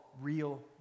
real